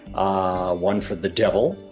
ah one for the devil.